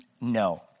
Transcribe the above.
No